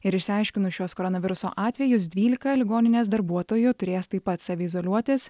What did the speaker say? ir išsiaiškinus šiuos koronaviruso atvejus dvylika ligoninės darbuotojų turės taip pat savi izoliuotis